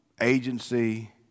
agency